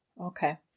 okay